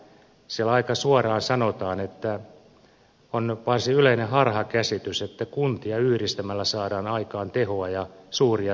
siellä aika suoraan sanotaan että on varsin yleinen harhakäsitys että kuntia yhdistämällä saadaan aikaan tehoa ja suuria säästöjä